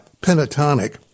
pentatonic